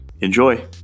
Enjoy